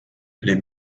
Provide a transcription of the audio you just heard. les